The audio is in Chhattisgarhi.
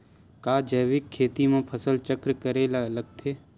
का जैविक खेती म फसल चक्र करे ल लगथे?